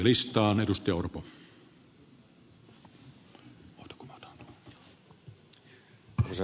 arvoisa herra puhemies